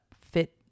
fit